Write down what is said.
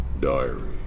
Diary